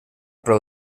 preu